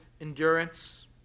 endurance